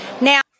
Now